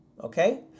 Okay